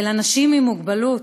אל אנשים עם מוגבלות.